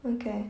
okay